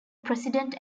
president